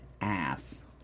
ass